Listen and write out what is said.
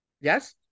Yes